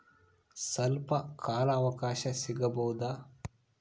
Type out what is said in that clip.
ಸ್ವಲ್ಪ ಕಾಲ ಅವಕಾಶ ಸಿಗಬಹುದಾ?